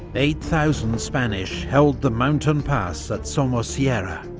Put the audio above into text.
eight thousand spanish held the mountain pass at somosierra.